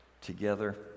together